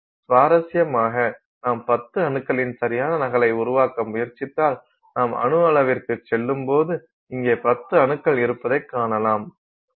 சுவாரஸ்யமாக நாம் 10 அணுக்களின் சரியான நகலை உருவாக்க முயற்சித்தால் நாம் அணு அளவிற்குச் செல்லும்போது இங்கே 10 அணுக்கள் இருப்பதைக் காணலாம்